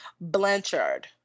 Blanchard